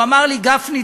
הוא אמר לי: גפני,